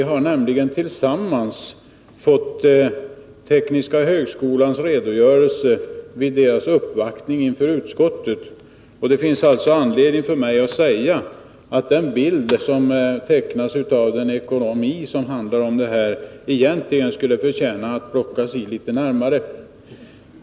Vi har nämligen tillsammans fått tekniska högskolans redogörelse vid dess uppvaktning inför utskottet, och det finns alltså anledning för mig att säga att den bild som tecknats av ekonomin egentligen skulle förtjäna att plockas i litet närmare.